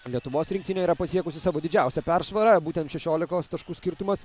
lietuvos rinktinė yra pasiekusi savo didžiausią persvarą būtent šešiolikos taškų skirtumas